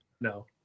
No